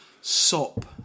sop